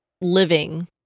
living